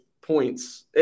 points